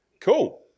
Cool